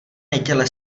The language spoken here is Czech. neděle